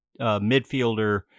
midfielder